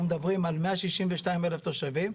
אנחנו מדברים על 162 אלף תושבים,